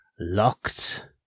Locked